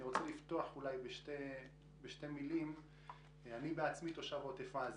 אני רוצה לפתוח ולומר שאני בעצמי תושב עוטף עזה,